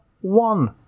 one